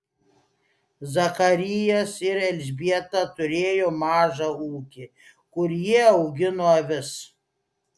zakarijas ir elžbieta turėjo mažą ūkį kur jie augino avis